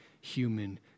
human